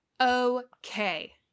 Okay